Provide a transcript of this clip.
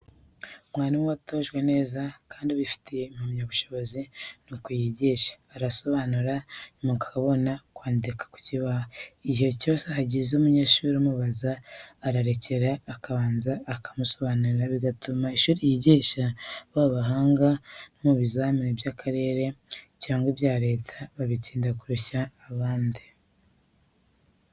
Mwarimu watojwe neza kandi ubifitiye impamyabushobozi, ni uku yigisha; arasobanura, nyuma akabona kwandika ku kibaho; igihe cyose hagize umunyeshuri umubaza, ararekera, akabanza akamusobanurira, bituma ishuri yigisha baba abahanga no mu bizamini b'akarere cyangwa ibya Leta batsinda kurusha abandi.